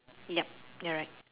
ya you're right